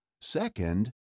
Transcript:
Second